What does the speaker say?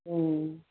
ਹੂੰ